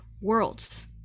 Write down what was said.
worlds